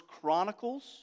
Chronicles